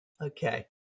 Okay